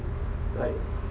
like